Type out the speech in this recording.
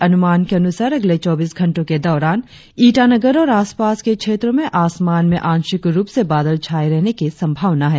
और अब मौसम मौसम विभाग के अनुमान के अनुसार अगले चौबीस घंटो के दौरान ईटानगर और आसपास के क्षेत्रो में आसमान में आंशिक रुप से बादल छाये रहने की संभावना है